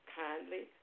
kindly